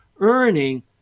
earning